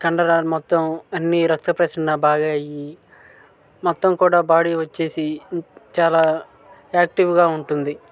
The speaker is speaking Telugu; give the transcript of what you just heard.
కండరాలు మొత్తం అన్నీ రక్త ప్రసరణ బాగా అయ్యి మొత్తం కూడా బాడీ వచ్చేసి చాలా యాక్టివ్గా ఉంటుంది